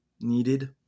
needed